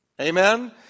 Amen